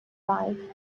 life